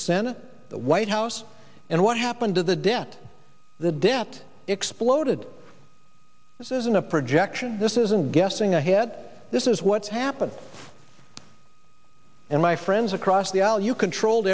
senate the white house and what happened to the debt the debt exploded this isn't a actually this isn't guessing ahead this is what's happened in my friends across the aisle you control